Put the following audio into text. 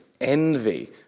envy